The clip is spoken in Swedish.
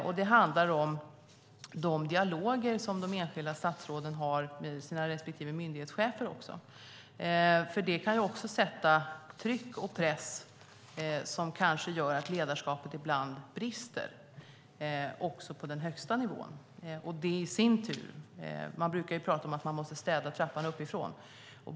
De handlar också och om de dialoger de enskilda statsråden har med sina respektive myndighetschefer. Det kan sätta tryck och press, vilket kanske gör att ledarskapet ibland brister också på den högsta nivån. Man brukar ju tala om att man måste städa trappan uppifrån.